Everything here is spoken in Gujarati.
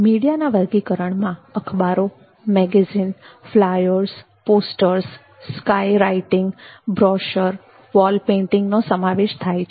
મીડિયાના વર્ગીકરણમાં અખબારો magazine flyers posters sky writing brochure wall painting વગેરેનો સમાવેશ થાય છે